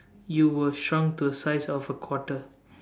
you were shrunk to a size of a quarter